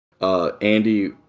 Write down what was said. Andy